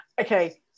Okay